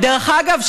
דרך אגב,